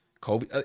Kobe